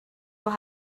will